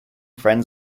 friends